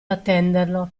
attenderlo